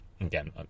again